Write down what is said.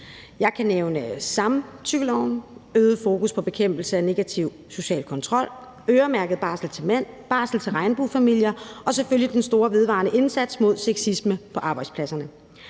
Jeg kan nævne samtykkeloven, øget fokus på bekæmpelse af negativ social kontrol, øremærket barsel til mænd, barsel til regnbuefamilier og selvfølgelig den store, vedvarende indsats mod sexisme på arbejdspladserne.